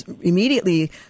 immediately